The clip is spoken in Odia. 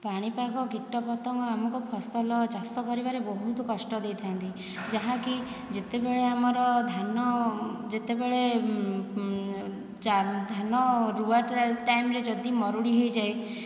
ପାଣିପାଗ କୀଟପତଙ୍ଗ ଆମକୁ ଫସଲ ଓ ଚାଷ କରିବାରେ ବହୁତ କଷ୍ଟ ଦେଇଥାନ୍ତି ଯାହାକି ଯେତେବେଳେ ଆମର ଧାନ ଯେତେବେଳେ ଧାନ ରୁଆଁ ଟାଇମରେ ଯଦି ମରୁଡ଼ି ହୋଇଯାଏ